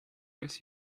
ice